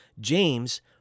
James